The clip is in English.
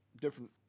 different